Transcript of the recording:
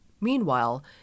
Meanwhile